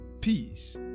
peace